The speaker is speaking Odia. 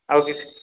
ଆଉ କିଛି